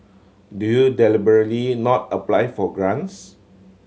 do you deliberately not apply for grants